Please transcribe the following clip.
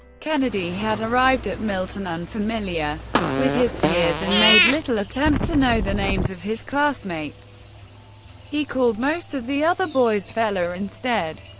kennedy had arrived at milton unfamiliar with his peers and made little attempt to know the names of his classmates he called most of the other boys fella instead.